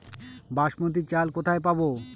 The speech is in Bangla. বাসমতী চাল কোথায় পাবো?